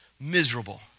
miserable